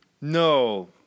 No